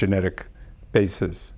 genetic basis